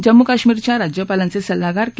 जम्मू काश्मीरच्या राज्यपालाचे सल्लागार के